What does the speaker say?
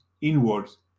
inwards